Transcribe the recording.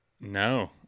No